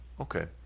Okay